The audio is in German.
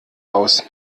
aus